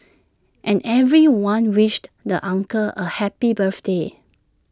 and everyone wished the uncle A happy birthday